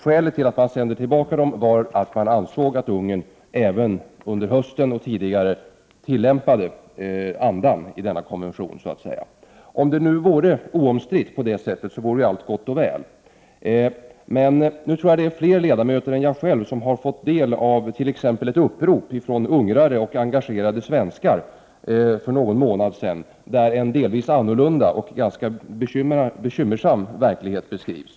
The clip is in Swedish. Skälet till att man sände tillbaka flyktingarna var att man ansåg att Ungern även under hösten och tidigare tillämpade andan i denna konvention. Om detta nu vore oomstritt, vore allt gott och väl, men nu tror jag att fler ledamöter än jag själv har fått del av t.ex. ett upprop från ungrare och engagerade svenskar för någon månad sedan, där en delvis annorlunda och ganska bekymmersam verklighet beskrivs.